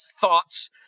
thoughts